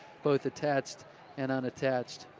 both attached and unattached.